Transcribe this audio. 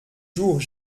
jours